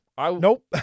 nope